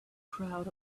crowd